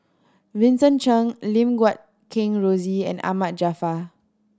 Vincent Cheng Lim Guat Kheng Rosie and Ahmad Jaafar